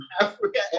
Africa